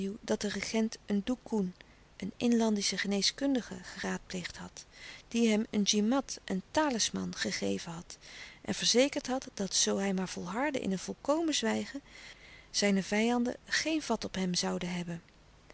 dat de regent een doekoen een inlander geneeskundige geraadpleegd had die hem een e at een talisman gegeven had en verzekerd had dat zoo hij maar volhardde in een volkomen zwijgen zijne vijanden geen vat op hem zouden heb ben